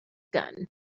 gun